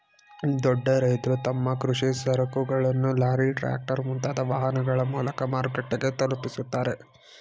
ದೊಡ್ಡ ರೈತ್ರು ತಮ್ಮ ಕೃಷಿ ಸರಕುಗಳನ್ನು ಲಾರಿ, ಟ್ರ್ಯಾಕ್ಟರ್, ಮುಂತಾದ ವಾಹನಗಳ ಮೂಲಕ ಮಾರುಕಟ್ಟೆಗೆ ತಲುಪಿಸುತ್ತಾರೆ